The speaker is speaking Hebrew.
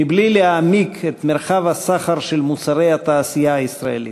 בלי להעמיק את מרחב הסחר של מוצרי התעשייה הישראלית.